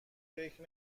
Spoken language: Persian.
فکر